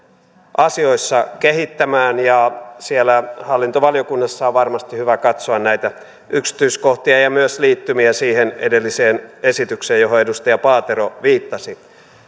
asioissa kehittämään siellä hallintovaliokunnassa on varmasti hyvä katsoa näitä yksityiskohtia ja myös liittymiä siihen edelliseen esitykseen johon edustaja paatero viittasi